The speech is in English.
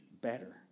better